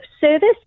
service